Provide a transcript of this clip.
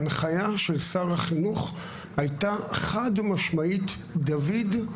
ההנחיה של שר החינוך הייתה חד-משמעית: דויד,